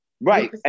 Right